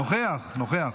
נוכח.